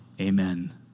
Amen